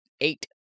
eight